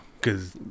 Cause